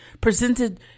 presented